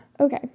Okay